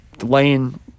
laying